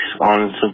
on